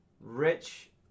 rich